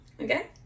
okay